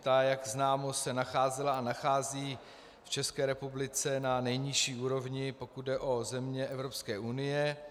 Ta, jak známo, se nacházela a nachází v České republice na nejnižší úrovni, pokud jde o země Evropské unie.